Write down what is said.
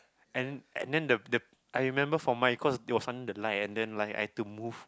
and and then the the I remember for mine cause it was under the light and then like I had to move